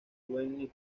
wayne